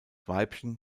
weibchen